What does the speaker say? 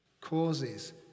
causes